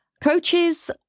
coaches